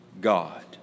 God